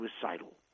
suicidal